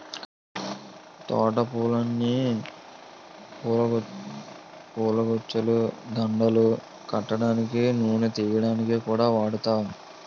తోట పూలని పూలగుచ్చాలు, దండలు కట్టడానికి, నూనె తియ్యడానికి కూడా వాడుతాం